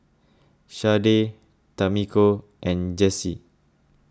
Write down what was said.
Sharday Tamiko and Jessye